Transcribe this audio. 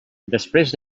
després